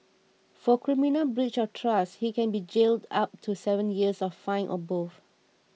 for criminal breach of trust he can be jailed up to seven years or fined or both